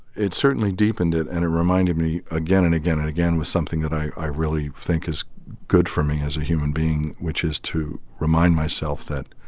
it certainly deepened it. and it reminded me again and again and again with something that i really think is good for me as a human being, which is to remind myself that